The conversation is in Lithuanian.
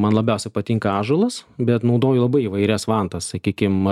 man labiausiai patinka ąžuolas bet naudoju labai įvairias vantas sakykim